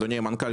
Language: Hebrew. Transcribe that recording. אדוני המנכ"ל.